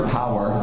power